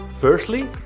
Firstly